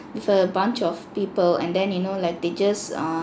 with a bunch of people and then you know like they just err